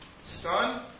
son